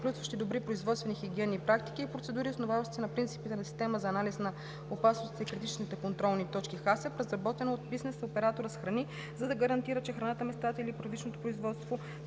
включваща добри производствени и хигиенни практики и процедури, основаващи се на принципите на Системата за анализ на опасностите и критични контролни точки (НАССР), разработена от бизнес оператора с храни, за да гарантира, че храната, местата на първично производство